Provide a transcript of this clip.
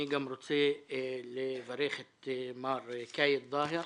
אני גם רוצה לברך את מר כאיד דאהר